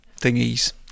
thingies